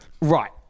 Right